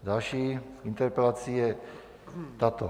Další interpelací je tato.